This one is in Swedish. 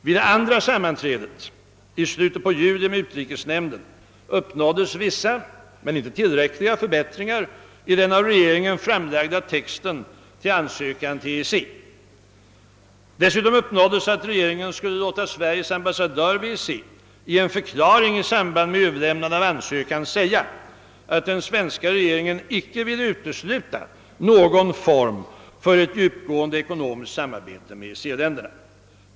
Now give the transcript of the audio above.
Vid det andra sammanträdet med utrikesnämnden i slutet av juli uppnåddes vissa, men inte tillräckliga, förbättringar i den av regeringen framlagda texten till ansökan till EEC. Dessutom uppnåddes att regeringen skulle låta Sveriges ambassadör vid EEC i en förklaring i samband med överlämnandet av ansökan säga, att den svenska regeringen icke ville utesluta någon form för ett djupgående ekonomiskt samarbete med EEC-länderna.